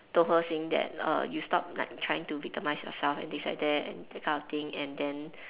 told her saying that uh you stop like trying to victimise yourself and things like that and that kind of thing and then